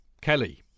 kelly